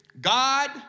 God